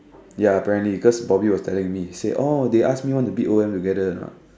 ya apparently because Bobby was like telling me say oh they ask me want to bid O_M together or not